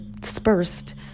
dispersed